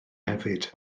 hefyd